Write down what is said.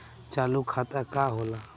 चालू खाता का होला?